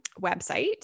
website